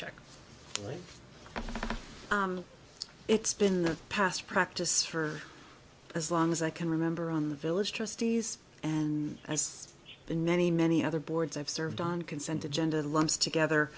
checked it's been in the past practice for as long as i can remember on the village trustees and it's been many many other boards i've served on consent agenda lumps together